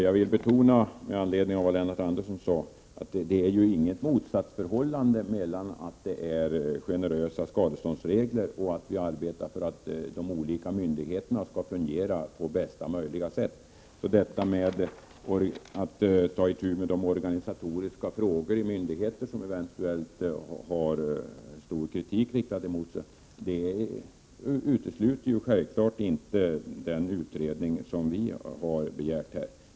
Herr talman! Med anledning av vad Lennart Andersson sade vill jag betona att det inte finns något motsatsförhållande mellan att skadeståndsreglerna är generösa och att vi arbetar för att de olika myndigheterna skall fungera på bästa möjliga sätt. Detta med att ta itu med organisatoriska frågor i de myndigheter som har fått stark kritik riktad mot sig utesluter självfallet inte den utredning som vi har begärt.